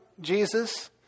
Jesus